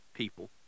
people